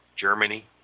Germany